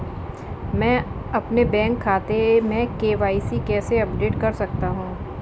मैं अपने बैंक खाते में के.वाई.सी कैसे अपडेट कर सकता हूँ?